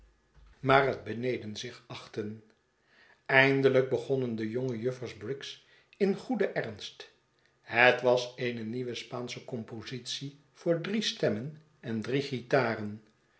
maar het beneden zich achtten eindelijk begonnen de jonge juffers briggs in goeden ernst het was eene nieuwe spaansche compositie voor drie stemmen en drie guitaren